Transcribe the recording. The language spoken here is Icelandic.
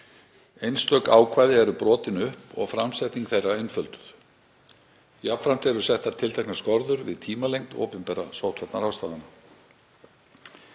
Einstök ákvæði eru brotin upp og framsetning þeirra einfölduð. Jafnframt eru settar tilteknar skorður við tímalengd opinberra sóttvarnaráðstafana.